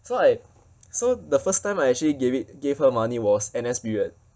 so I so the first time I actually gave it gave her money was N_S period